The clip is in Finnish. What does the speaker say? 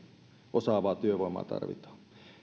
osaavaa työvoimaan tarvitaan